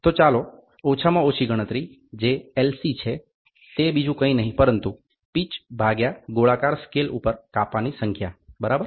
તો ચાલો ઓછામાં ઓછી ગણતરી જે એલસી છે તે બીજું કંઈ નહીં પરંતુ પીચ ભાગ્યા ગોળાકાર સ્કેલ ઉપર કાપાની સંખ્યા બરાબર